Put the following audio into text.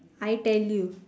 I tell you